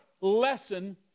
lesson